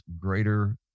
greater